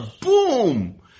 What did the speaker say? Boom